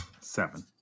seven